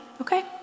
Okay